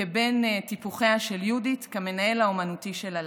כבן טיפוחיה של יהודית, כמנהל האומנותי של הלהקה.